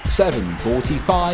7:45